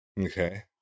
Okay